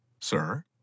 Sir